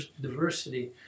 diversity